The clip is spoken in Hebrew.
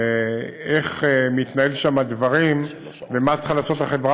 איך מתנהלים שם הדברים ומה צריכה לעשות החברה